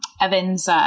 Evan's